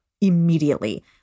immediately